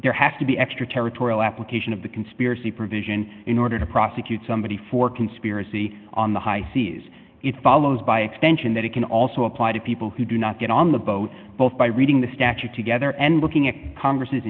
there have to be extra territorial application of the conspiracy provision in order to prosecute somebody for conspiracy on the high seas it follows by extension that it can also apply to people who do not get on the boat both by reading the statute together and looking at congress